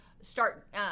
start